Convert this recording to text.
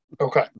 Okay